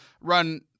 run